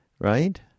right